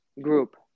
group